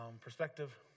Perspective